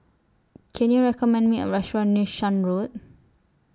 Can YOU recommend Me A Restaurant near Shan Road